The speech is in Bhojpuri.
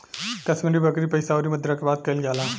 कश्मीरी बकरी पइसा अउरी मुद्रा के बात कइल जाला